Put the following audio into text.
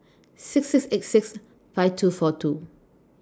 six six eight six five two four two